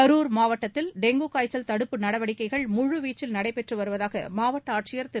கரூர் மாவட்டத்தில் டெங்கு காய்ச்சல் தடுப்பு நடவடிக்கைகள் முழு வீச்சில் நடைபெற்று வருவதாக மாவட்ட ஆட்சியர் திரு